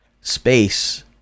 space